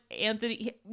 Anthony